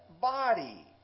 body